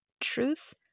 truth